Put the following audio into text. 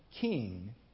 king